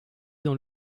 dans